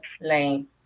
Lane